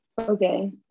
okay